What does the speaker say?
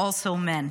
also men.